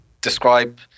describe